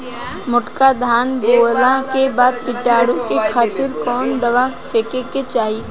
मोटका धान बोवला के बाद कीटाणु के खातिर कवन दावा फेके के चाही?